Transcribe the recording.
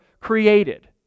created